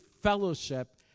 fellowship